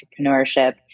entrepreneurship